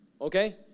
okay